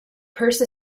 purse